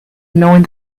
knowing